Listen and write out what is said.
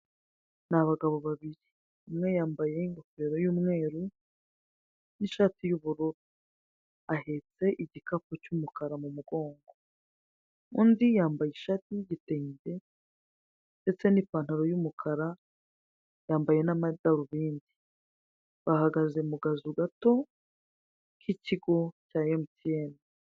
Ni abagabo babiri. Umwe yambaye ingofero y'umweru n'ishati y'ubururu. Ahetse igikapu cy'umukara mu mugongo. Undi yambaye ishati y'igitenge ndetse n'ipantaro y'umukara, yambaye n'amadarubindi. Bahagaze mu kazu gato k'ikigo cya MTN.